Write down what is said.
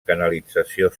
canalització